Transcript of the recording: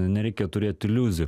nereikia turėt iliuzijų